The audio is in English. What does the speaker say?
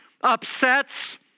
upsets